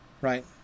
right